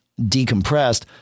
decompressed